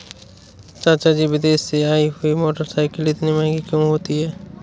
चाचा जी विदेश से आई हुई मोटरसाइकिल इतनी महंगी क्यों होती है?